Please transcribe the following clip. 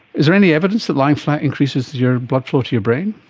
is there any evidence that lying flat increases your blood flow to your brain?